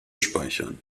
speichern